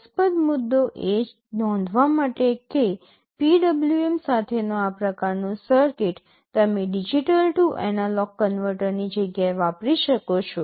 રસપ્રદ મુદ્દો એ નોંધવા માટે કે PWM સાથેનો આ પ્રકારનો સર્કિટ તમે ડિજિટલ ટુ એનાલોગ કન્વર્ટરની જગ્યાએ વાપરી શકો છો